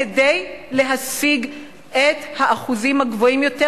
כדי להשיג את האחוזים הגבוהים יותר,